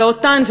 ואותן,